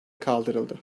kaldırıldı